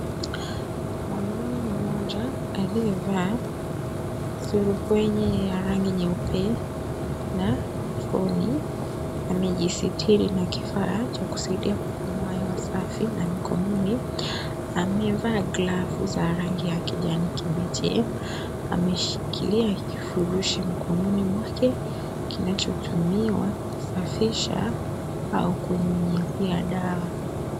Mwanaume mmoja aliyevaa surupwenye ya rangi nyeupe na troni amejisitiri na kifaa cha kusaidia kupumua hewa safi na mkononi amevaa glavu za rangi ya kijani kibichi, ameshikilia kifuri mkononi mwake kinachotumiwa kusafisha au kunyunyizia dawa.